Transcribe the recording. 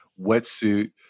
wetsuit